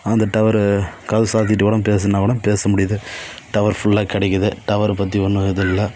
அந்த டவரு கதவு சாத்திட்டு கூட பேசணும்னா கூட பேச முடியுது டவர் ஃபுல்லாக கிடைக்குது டவரை பற்றி ஒன்றும் இது இல்லை